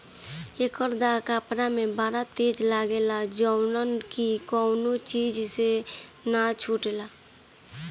एकर दाग कपड़ा में बड़ा तेज लागेला जउन की कवनो चीज से ना छुटेला